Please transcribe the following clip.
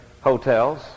hotels